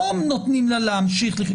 לא נותנים לה להמשיך.